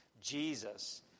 Jesus